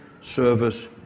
service